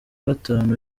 gatanu